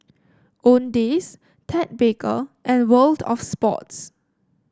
Owndays Ted Baker and World Of Sports